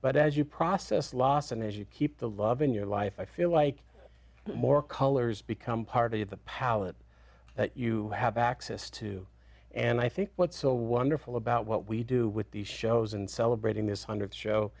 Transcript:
but as you process loss and as you keep the love in your life i feel like more colors become part of the palette that you have access to and i think what's so wonderful about what we do with these shows and celebrating this hundreds show